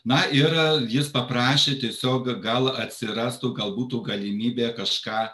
na ir jis paprašė tiesiog gal atsirastų gal būtų galimybė kažką